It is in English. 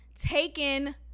taken